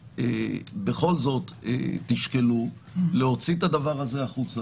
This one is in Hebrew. שבכל זאת תשקלו להוציא את הדבר הזה החוצה